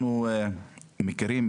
אנחנו מכירים,